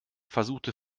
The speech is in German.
versuchte